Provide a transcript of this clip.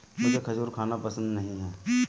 मुझें खजूर खाना पसंद नहीं है